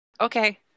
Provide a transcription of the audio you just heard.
okay